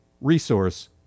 resource